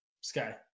sky